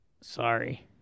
sorry